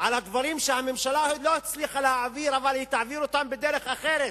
על הדברים שהממשלה לא הצליחה להעביר אבל היא תעביר אותם בדרך אחרת.